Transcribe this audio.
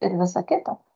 ir visa kita